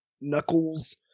knuckles